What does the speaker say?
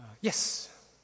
yes